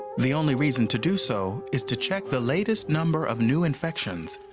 the only reason to do so is to check the latest number of new infections